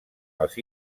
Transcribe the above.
els